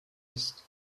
ist